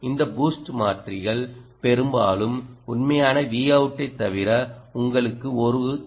இந்த பூஸ்ட் மாற்றிகள் பெரும்பாலும் உண்மையான Vout ஐ தவிர உங்களுக்கு ஒரு எல்